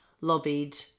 lobbied